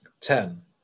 ten